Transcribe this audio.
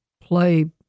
play